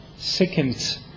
Second